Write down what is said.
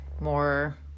more